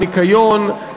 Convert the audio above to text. הניקיון,